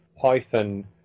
Python